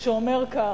שאומר כך: